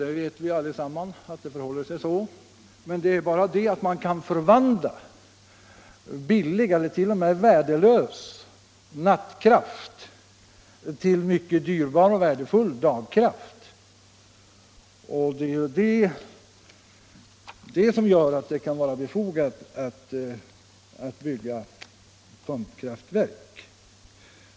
Vi vet alla att det förhåller sig så, men man kan ju i pumpkraftverk förvandla billigare och t.o.m. värdelös nattkraft till mycket dyrbar och värdefull dagkraft, och det är ju detta som gör att det kan vara befogat att bygga sådana.